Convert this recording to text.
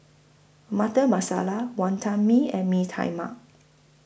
Butter Masala Wonton Mee and Mee Tai Mak